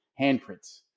handprints